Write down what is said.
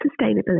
sustainability